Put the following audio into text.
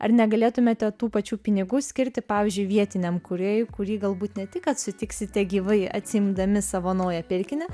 ar negalėtumėte tų pačių pinigų skirti pavyzdžiui vietiniam kūrėjui kurį galbūt ne tik kad sutiksite gyvai atsiimdami savo naują pirkinį